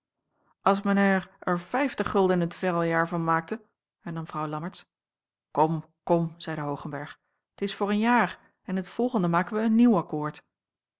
men haier er vijftig gulden in t verreljair van maakte hernam vrouw lammertsz kom kom zeide hoogenberg t is voor een jaar en in t volgende maken wij een nieuw